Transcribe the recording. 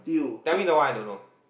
tell me the one I don't know